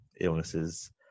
illnesses